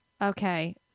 okay